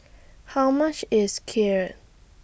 How much IS Kheer